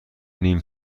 نیم